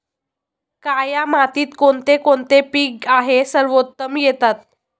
काया मातीत कोणते कोणते पीक आहे सर्वोत्तम येतात?